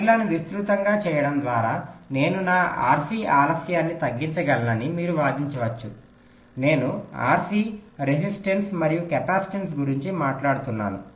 వైర్లను విస్తృతంగా చేయడం ద్వారా నేను నా RC ఆలస్యాన్ని తగ్గించగలనని మీరు వాదించవచ్చు నేను RC రెసిస్టన్స్ మరియు కెపాసిటెన్స్ గురించి మనట్లాడుతున్నాను